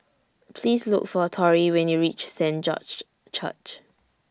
Please Look For Torry when YOU REACH Saint George's Church